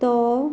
तो